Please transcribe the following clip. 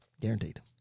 guaranteed